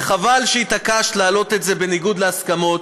וחבל שהתעקשת להעלות את זה בניגוד להסכמות.